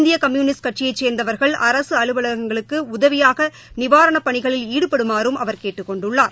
இந்தியகம்யுளிஸ்ட் கட்சியைச் சேர்ந்தவர்கள் அரகஅலுவல்களுக்குஉதவியாகநிவாரணப் பணிகளில் ஈடுபடுமாறும் அவர் கேட்டுக் கொண்டுள்ளார்